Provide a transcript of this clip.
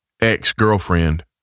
ex-girlfriend